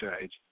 age